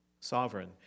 Sovereign